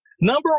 Number